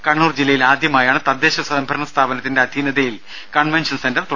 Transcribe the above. കണ്ണൂർ ജില്ലയിൽ ആദ്യമായാണ് തദ്ദേശസ്വയംഭരണ സ്ഥാപനത്തിന്റെ അധീനതയിൽ കൺവെൻഷൻ സെന്റർ തുടങ്ങുന്നത്